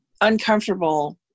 uncomfortable